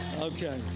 okay